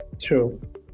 true